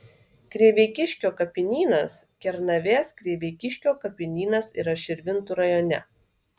kriveikiškio kapinynas kernavės kriveikiškio kapinynas yra širvintų rajone